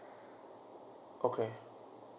okay